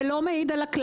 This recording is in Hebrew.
זה לא מעיד על הכלל.